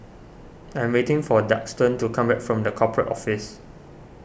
I am waiting for Daxton to come back from the Corporate Office